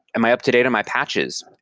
am i up-to-date of my patches?